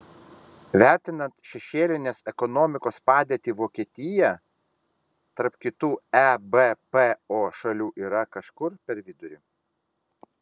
vertinant šešėlinės ekonomikos padėtį vokietija tarp kitų ebpo šalių yra kažkur per vidurį